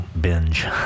binge